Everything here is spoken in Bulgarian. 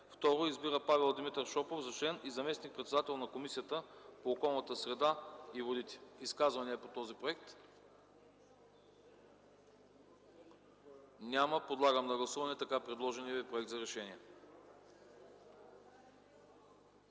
2. Избира Павел Димитров Шопов за член и заместник-председател на Комисията по околната среда и водите.” Изказвания по този проект? Няма. Подлагам на гласуване така предложеният ви Проект за решение.